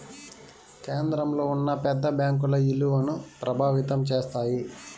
కేంద్రంలో ఉన్న పెద్ద బ్యాంకుల ఇలువను ప్రభావితం చేస్తాయి